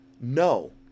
No